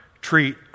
treat